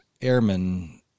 airmen